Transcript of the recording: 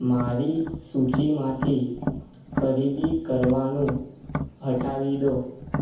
મારી સૂચિમાંથી ખરીદી કરવાનું હટાવી દો